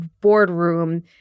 boardroom